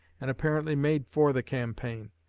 and apparently made for the campaign.